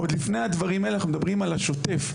עוד לפני הדברים האלה אנחנו מדברים על השוטף.